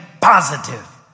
positive